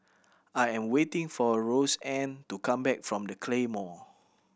I am waiting for Roseanne to come back from The Claymore